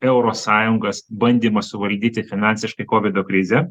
eurosąjungos bandymą suvaldyti finansiškai kovido krizę